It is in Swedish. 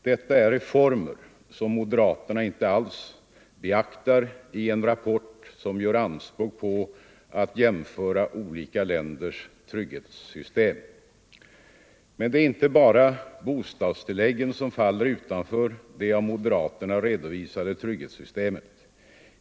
Detta är reformer som moderaterna inte alls beaktar i en rapport som gör anspråk på att jämföra olika länders trygghetssystem. Men det är inte bara bostadstilläggen som faller utanför det av moderaterna redovisade trygghetssystemet.